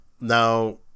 Now